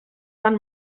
van